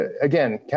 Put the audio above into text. again